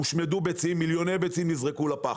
הושמדו ביצים מיליוני ביצים נזרקו לפח,